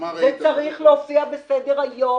זה צריך להופיע בסדר-היום.